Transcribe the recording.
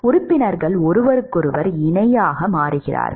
உறுப்பினர்கள் ஒருவருக்கொருவர் இணையாக மாறுகிறார்கள்